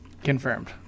Confirmed